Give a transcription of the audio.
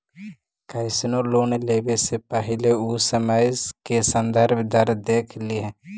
कइसनो लोन लेवे से पहिले उ समय के संदर्भ दर देख लिहऽ